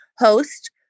host